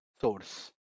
source